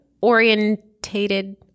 orientated